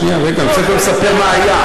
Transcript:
שנייה, רגע, אני צריך לספר עוד מה היה.